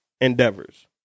endeavors